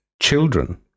children